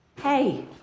Hey